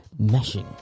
meshing